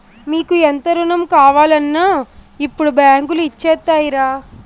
మీకు ఎంత రుణం కావాలన్నా ఇప్పుడు బాంకులు ఇచ్చేత్తాయిరా